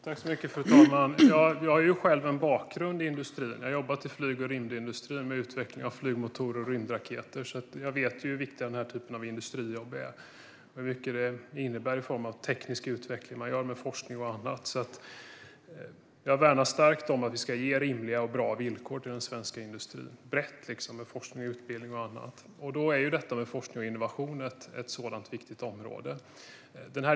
Fru talman! Jag har själv en bakgrund i industrin. Jag har jobbat i flyg och rymdindustrin med utveckling av flygmotorer och rymdraketer, så jag vet hur viktig denna typ av industrijobb är och hur mycket den forskning som bedrivs innebär i form av teknisk utveckling. Så jag värnar starkt om att vi ska ge rimliga och bra villkor till den svenska industrin - brett, med forskning, utbildning och annat. Forskning och innovation är ett viktigt område.